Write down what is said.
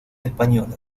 española